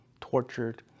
tortured